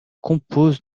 compose